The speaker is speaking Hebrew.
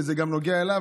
כי זה נוגע גם אליו,